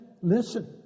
listen